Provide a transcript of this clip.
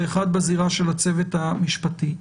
ואחד בזירה של הצוות המשפטי.